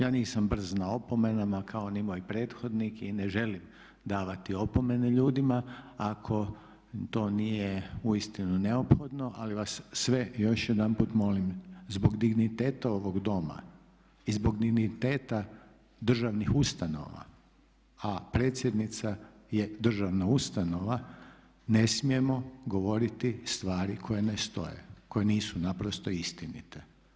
Ja nisam brz na opomenama kao ni moj prethodnik i ne želim davati opomene ljudima ako to nije uistinu neophodno ali vas sve još jedanput molim zbog digniteta ovog Doma i zbog digniteta državnih ustanova, a predsjednica je državna ustanova, ne smijemo govoriti stvari koje ne stoje, koje nisu naprosto istinite.